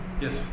Yes